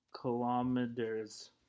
kilometers